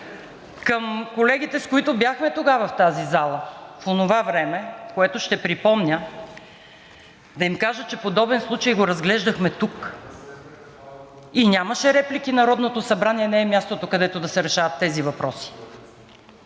Към колегите, с които бяхме тогава в тази зала, в онова време, което ще припомня, да им кажа, че подобен случай го разглеждахме тук и нямаше реплики: Народното събрание не е мястото, където да се решават тези въпроси.